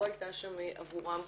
לא הייתה שם עבורם,